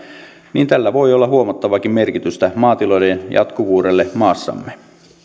niin tällä voi olla huomattavaakin merkitystä maatilojen jatkuvuudelle maassamme